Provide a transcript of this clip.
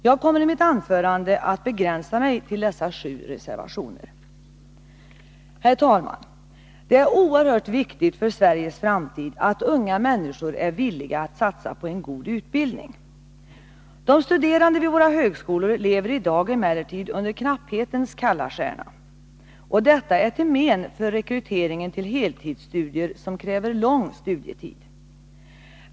Jag kommer i mitt anförande att begränsa mig till dessa sju reservationer. Herr talman! Det är oerhört viktigt för Sveriges framtid att unga människor är villiga att satsa på en god utbildning. De studerande vid våra högskolor lever i dag emellertid under knapphetens kalla stjärna, och detta är till men för rekryteringen till heltidsstudier, som kräver lång studietid.